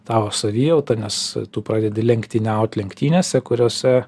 tavo savijautą nes tu pradedi lenktyniaut lenktynėse kuriose